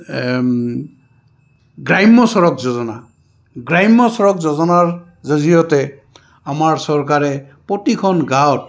গ্ৰাম্য চডক যোজনা গ্ৰাম্য সড়ক যোজনাৰ জৰিয়তে আমাৰ চৰকাৰে প্ৰতিখন গাঁৱত